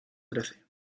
trece